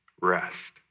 rest